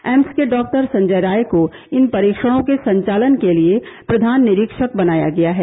AIIMS के doctor Sanjay Rai को इन परीक्षणों के संचालन के लिए प्रधान निरीक्षक बनाया गया है